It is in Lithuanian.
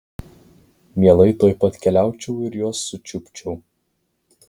mielai tuoj pat keliaučiau ir juos sučiupčiau